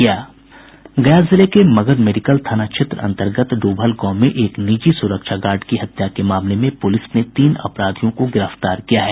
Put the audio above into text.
गया जिले के मगध मेडिकल थाना क्षेत्र अंतर्गत डुभल गांव में एक निजी सुरक्षा गार्ड की हत्या के मामले में पुलिस ने तीन अपराधियों को गिरफ्तार किया है